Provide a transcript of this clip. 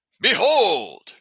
Behold